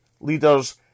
leaders